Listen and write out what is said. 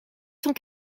cent